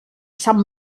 sant